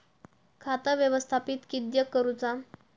खाता व्यवस्थापित किद्यक करुचा?